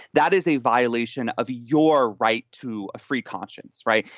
that is a violation of your right to free conscience. right.